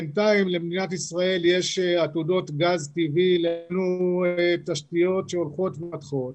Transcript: בינתיים למדינת ישראל יש עתודות גז טבעי ותשתיות שהולכות ומתפתחות